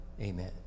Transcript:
amen